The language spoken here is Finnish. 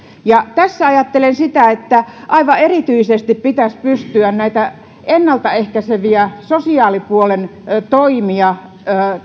henkilöt tässä ajattelen sitä että aivan erityisesti pitäisi pystyä näitä ennaltaehkäiseviä sosiaalipuolen toimia